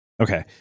Okay